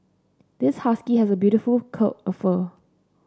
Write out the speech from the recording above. this husky has a beautiful coat of fur